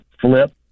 flip